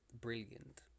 brilliant